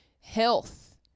health